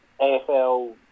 AFL